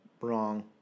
wrong